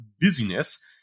busyness